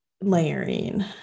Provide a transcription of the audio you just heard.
layering